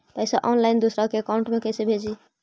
पैसा ऑनलाइन दूसरा के अकाउंट में कैसे भेजी?